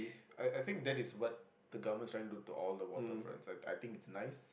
I I think that is what the government is trying to do to all the waterfronts I I think it's nice